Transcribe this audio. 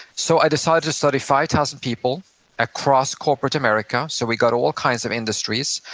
so i decided to study five thousand people across corporate america, so we got all kinds of industries,